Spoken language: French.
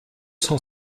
cent